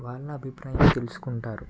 వాళ్ళ అభిప్రాయం తెలుసుకుంటారు